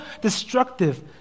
destructive